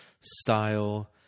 style